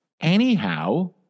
Anyhow